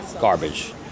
Garbage